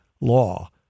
law